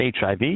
HIV